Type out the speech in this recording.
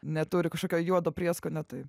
neturi kažkokio juodo prieskonio tai